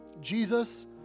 Jesus